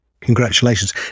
Congratulations